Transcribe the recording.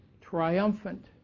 triumphant